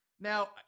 Now